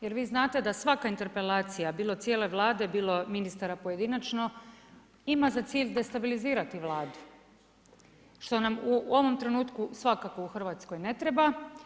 Jer vi znate da svaka interpelacija bilo cijele Vlade, bilo ministara pojedinačno ima za cilj destabilizirati Vladu što nam u ovom trenutku svakako u Hrvatskoj ne treba.